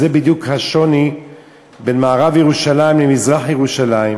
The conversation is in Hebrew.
זה בדיוק השוני בין מערב ירושלים למזרח-ירושלים.